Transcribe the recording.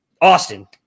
Austin